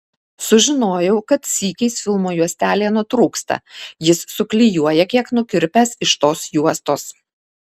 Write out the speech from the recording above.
sužinojau kad sykiais filmo juostelė nutrūksta jis suklijuoja kiek nukirpęs iš tos juostos